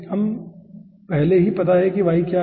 हमने पहले ही पता है कि y क्या है